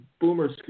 Boomers